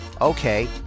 okay